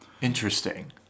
Interesting